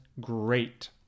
great